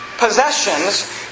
possessions